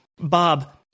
Bob